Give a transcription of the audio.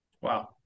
Wow